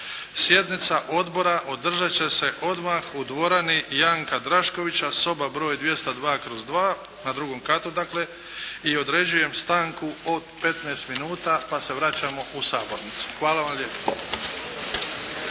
Sjednica Odbora održat će se odmah u dvorani "Janka Draškovića" soba broj 202/2, na drugom katu dakle i određujem stanku od 15 minuta pa se vraćamo u sabornicu. Hvala vam lijepo.